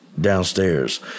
downstairs